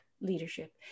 leadership